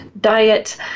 diet